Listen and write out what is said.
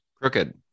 crooked